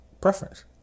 preference